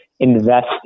invest